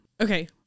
Okay